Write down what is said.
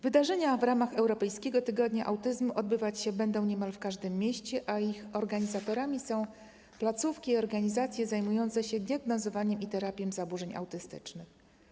Wydarzenia w ramach Europejskiego Tygodnia Autyzmu odbywać się będą niemal w każdym mieście, a ich organizatorami są placówki i organizacje zajmujące się diagnozowaniem i terapią zaburzeń autystycznych.